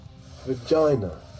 vagina